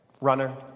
runner